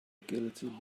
agility